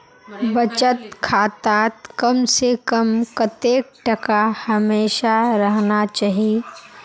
बचत खातात कम से कम कतेक टका हमेशा रहना चही?